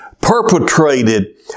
perpetrated